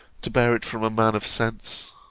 to bear it from a man of sense.